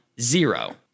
zero